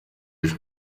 ejo